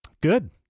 Good